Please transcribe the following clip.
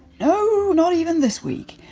no, not even this week.